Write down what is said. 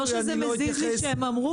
לא שזה מזיז לי שהם אמרו.